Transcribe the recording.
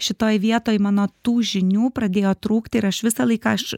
šitoj vietoj mano tų žinių pradėjo trūkti ir aš visą laiką aš